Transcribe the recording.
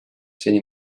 seni